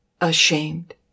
ashamed